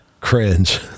Cringe